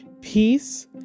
Peace